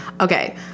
Okay